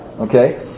Okay